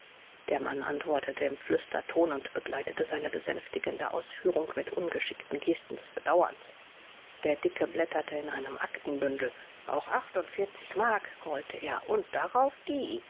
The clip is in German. der mann antwortete im flüsterton und begleitete seine besänftigende ausführung mit ungeschickten gesten des bedauerns der dicke blätterte in einem aktenbündel noch achtundvierzig mark grollte er und darauf die